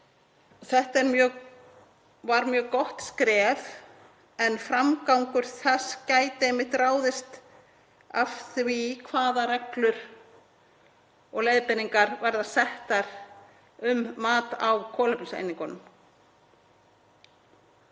Þetta var mjög gott skref en framgangur þess gæti einmitt ráðist af því hvaða reglur og leiðbeiningar verða settar um mat á kolefniseiningunum.